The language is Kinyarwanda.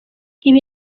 ibi